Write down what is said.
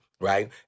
right